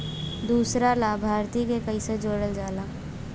दूसरा लाभार्थी के कैसे जोड़ल जाला?